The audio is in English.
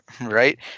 Right